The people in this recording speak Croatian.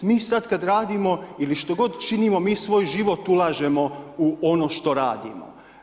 Mi sad kada radimo ili što god činimo mi svoj život ulažemo u ono što radimo.